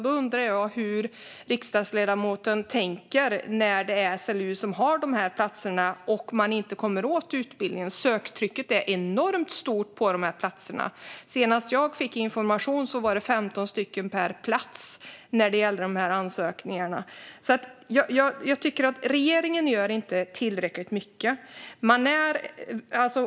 Jag undrar hur riksdagsledamoten tänker, när det är SLU som har platserna och man inte kommer åt utbildningen. Söktrycket är enormt stort för dessa platser. Senast jag fick information var det 15 sökande per plats. Jag tycker alltså inte att regeringen gör tillräckligt mycket.